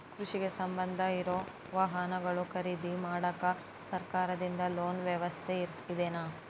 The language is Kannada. ಕೃಷಿಗೆ ಸಂಬಂಧ ಇರೊ ವಾಹನಗಳನ್ನು ಖರೇದಿ ಮಾಡಾಕ ಸರಕಾರದಿಂದ ಲೋನ್ ವ್ಯವಸ್ಥೆ ಇದೆನಾ?